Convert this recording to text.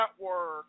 Network